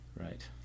right